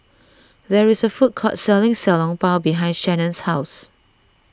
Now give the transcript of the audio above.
there is a food court selling Xiao Long Bao behind Shannen's house